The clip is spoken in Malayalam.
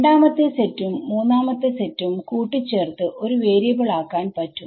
രണ്ടാമത്തെ സെറ്റും മൂന്നാമത്തെ സെറ്റും കൂട്ടിച്ചേർത്തു ഒരു വേരിയബിൾ ആക്കാൻ പറ്റും